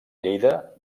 lleida